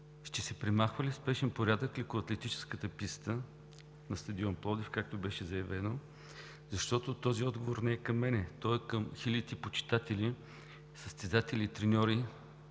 ще се премахва ли в спешен порядък лекоатлетическата писта на стадион „Пловдив“, както беше заявено? Този отговор не е към мен – той е към хилядите почитатели, състезатели и треньори,